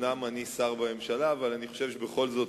אומנם אני שר בממשלה אבל אני חושב שבכל זאת,